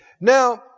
Now